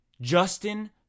Justin